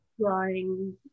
drawing